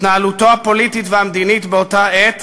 התנהלותו הפוליטית והמדינית באותה עת